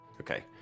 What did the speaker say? okay